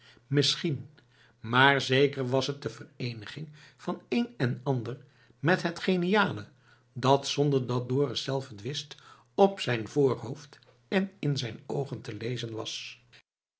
misschien maar zeker was het de vereeniging van een en ander met het geniale dat zonder dat dorus zelf het wist op zijn voorhoofd en in zijn oogen te lezen was